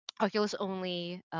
Oculus-only